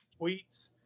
tweets